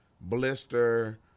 blister